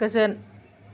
गोजोन